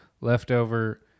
leftover